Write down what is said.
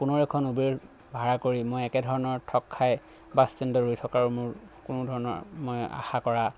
পুনৰ এখন ওবেৰ ভাড়া কৰি মই একেধৰণৰ ঠগ খাই বাছ ষ্টেণ্ডত ৰৈ থকাৰ মোৰ কোনো ধৰণৰ মই আশা কৰা